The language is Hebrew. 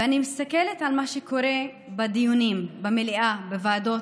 ואני מסתכלת על מה שקורה בדיונים במליאה ובוועדות,